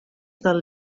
del